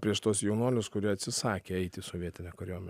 prieš tuos jaunuolius kurie atsisakė eiti į sovietinę kariuomenę